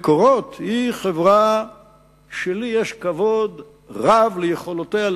"מקורות" היא חברה שיש לי כבוד רב ליכולותיה,